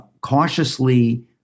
cautiously